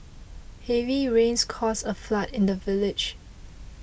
heavy rains caused a flood in the village